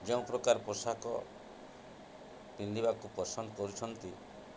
ଯେଉଁ ପ୍ରକାର ପୋଷାକ ପିନ୍ଧିବାକୁ ପସନ୍ଦ କରୁଛନ୍ତି